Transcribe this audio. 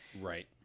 Right